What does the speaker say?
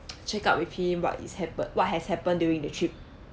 check out with him what is happen what has happened during the trip